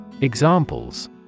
Examples